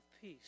peace